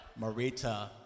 Marita